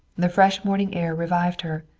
the fresh morning air revived her,